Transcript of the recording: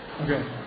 Okay